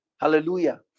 Hallelujah